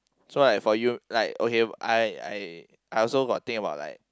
so like for you like okay I I I also got think about like